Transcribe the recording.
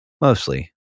mostly